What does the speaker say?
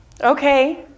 Okay